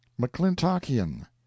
McClintockian